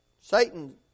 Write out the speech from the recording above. Satan